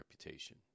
reputation